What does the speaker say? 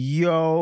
yo